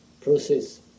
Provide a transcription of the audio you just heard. process